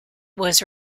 was